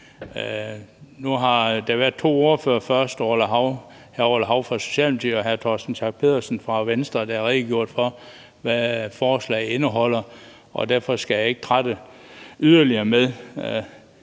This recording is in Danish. Nu har der været to ordførere, først hr. Orla Hav fra Socialdemokratiet og så hr. Torsten Schack Pedersen fra Venstre, der har redegjort for, hvad forslaget indeholder. Jeg skal derfor ikke trætte med yderligere